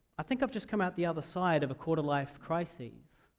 think i've just come out the other side of a quarter-life crisis.